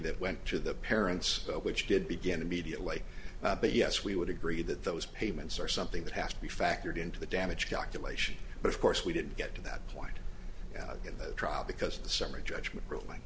that went to the parents which did begin immediately but yes we would agree that those payments are something that has to be factored into the damage calculation but of course we didn't get to that point in the trial because the summary judgment ruling